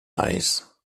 eis